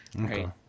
Okay